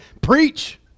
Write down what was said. preach